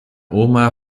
oma